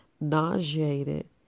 nauseated